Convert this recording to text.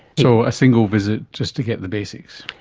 so a single visit just to get the basics.